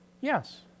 Yes